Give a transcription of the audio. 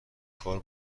کار